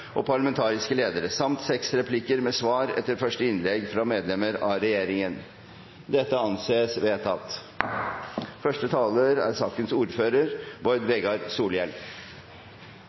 og parlamentariske ledere samt seks replikker med svar etter første innlegg fra medlemmer av regjeringen. – Dette anses vedtatt.